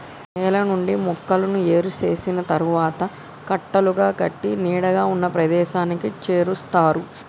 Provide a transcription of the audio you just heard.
నేల నుండి మొక్కలను ఏరు చేసిన తరువాత కట్టలుగా కట్టి నీడగా ఉన్న ప్రదేశానికి చేరుస్తారు